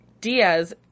Diaz